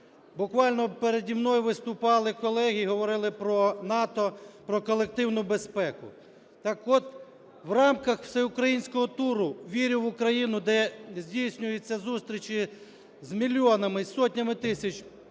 буквально перед мною виступали колеги і говорили про НАТО, про колективну безпеку. Так от, в рамках всеукраїнського туру "Вірю в Україну", де здійснюються зустрічі з мільйонами, з сотнями тисяч